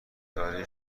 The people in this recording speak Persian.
دارین